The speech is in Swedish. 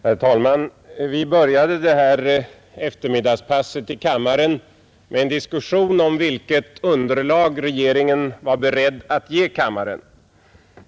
Herr talman! Vi började eftermiddagspasset i kammaren med en diskussion om vilket underlag regeringen var beredd att ge kammaren.